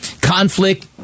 conflict